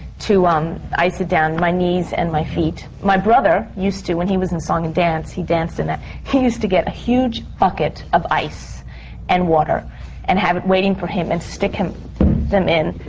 to um ice it down, my knees and my feet. my brother used to, when he was in song and dance, he danced in that, he used to get a huge bucket of ice and water and have it waiting for him, and stick them in,